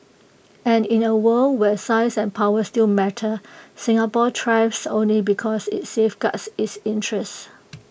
and in A world where size and power still matter Singapore thrives only because IT safeguards its interests